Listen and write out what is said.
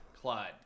Clyde